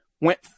went